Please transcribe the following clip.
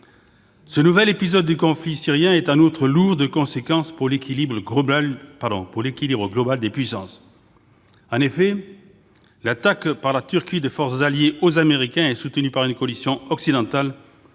Ce nouvel épisode du conflit syrien est en outre lourd de conséquences pour l'équilibre global des puissances. En effet, l'attaque par la Turquie de forces alliées aux Américains et soutenues par une coalition occidentale